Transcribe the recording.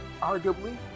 arguably